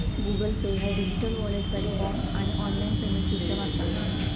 Google Pay ह्या digital wallet platform आणि online payment system असा